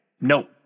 No